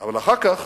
אבל אחר כך